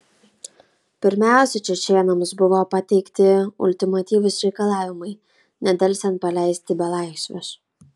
pirmiausia čečėnams buvo pateikti ultimatyvūs reikalavimai nedelsiant paleisti belaisvius